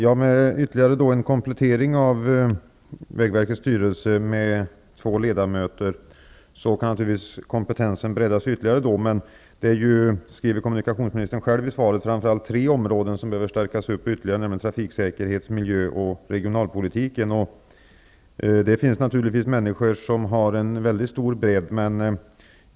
Herr talman! Med en komplettering av vägverkets styrelse med två ledamöter kan kompetensen breddas ytterligare. Det är framför allt tre områden som behöver förstärkas ytterligare, skriver kommunikationsministern i svaret, nämligen trafiksäkerhet, miljö och regionalpolitik. Det finns naturligtvis människor som har dessa breda kunskaper.